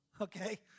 okay